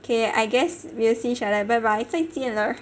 okay I guess we will see each other bye bye 再见了